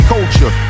Culture